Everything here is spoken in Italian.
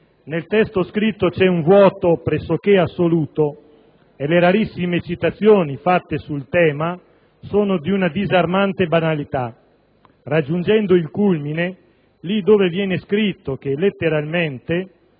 Nel testo scritto c'è un vuoto pressoché assoluto e le rarissime citazioni fatte sul tema sono di una disarmante banalità, raggiungendo il culmine lì dove viene scritto che la